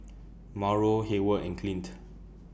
Mauro Hayward and Clint